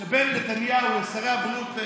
שבין נתניהו לשרי הבריאות,